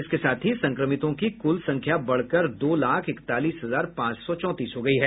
इसके साथ ही संक्रमितों की कुल संख्या बढ़कर दो लाख इकतालीस हजार पांच सौ चौंतीस हो गयी है